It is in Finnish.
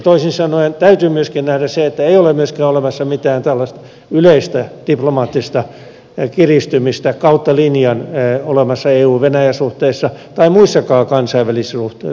toisin sanoen täytyy myöskin nähdä se että ei ole myöskään mitään tällaista yleistä diplomaattista kiristymistä kautta linjan olemassa euvenäjä suhteissa tai muissakaan kansainvälisissä suhteissa